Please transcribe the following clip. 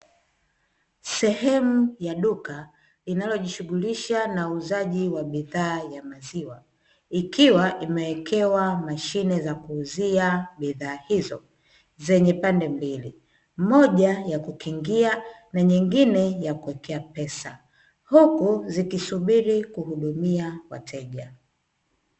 Sehemu ya duka, linalojishughulisha na uuzaji wa bidhaa ya maziwa, ikiwa imewekewa mashine za kuuzia bidhaa hizo zenye pande mbili; moja ya kukingia na nyingine ya kuwekea pesa, huku zikisubiri kuhudumia wateja.